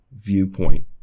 viewpoint